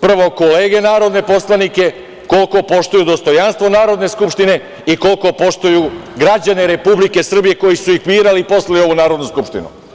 prvo kolege narodne poslanike, koliko poštuju dostojanstvo Narodne skupštine i koliko poštuju građane Republike Srbije koji su ih birali i poslali u ovu Narodnu skupštinu.